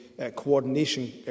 coordination